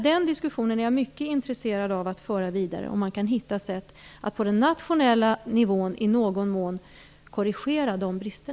Den diskussionen är jag mycket intresserad av att föra vidare, om man på den nationella nivån kan hitta ett sätt för att i någon mån korrigera dessa brister.